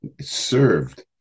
served